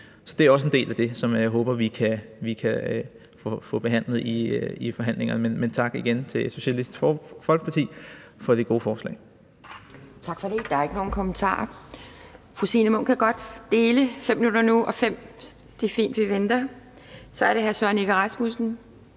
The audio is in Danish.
Så det er også en del af det, som jeg håber vi kan få behandlet i forhandlingerne. Men tak igen til Socialistisk Folkeparti for det gode forslag.